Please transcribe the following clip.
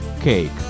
cake